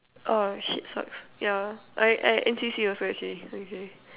oh shit sucks yeah I I N_C_C also actually okay